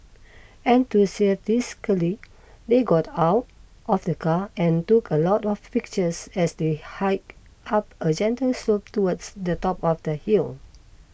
enthusiastically they got out of the car and took a lot of pictures as they hiked up a gentle slope towards the top of the hill